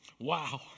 Wow